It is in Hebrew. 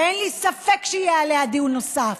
ואין לי ספק שיהיה עליה דיון נוסף,